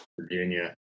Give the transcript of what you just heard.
Virginia